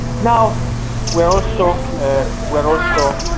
now we are also we are also